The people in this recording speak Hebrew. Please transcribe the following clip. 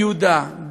דווקא ביהודה,